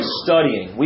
studying